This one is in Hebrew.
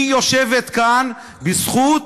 היא יושבת כאן בזכות